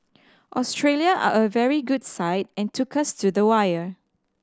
Australia are a very good side and took us to the wire